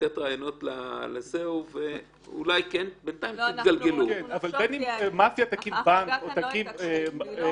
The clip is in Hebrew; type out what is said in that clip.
אי אפשר לקחת שלושה אנשים ואפילו לא עשרה אנשים שיעבירו את זה.